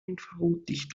infrarotlicht